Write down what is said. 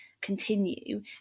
continue